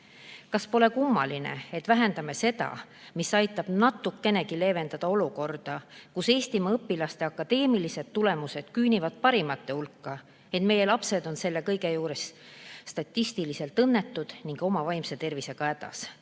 "Kas pole kummaline, et vähendame seda, mis aitab natukenegi leevendada olukorda, kus Eestimaa õpilaste akadeemilised tulemused küünivad parimate hulka, ent meie lapsed on selle kõige juures statistiliselt õnnetud ning oma vaimse tervisega hädas,"